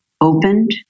opened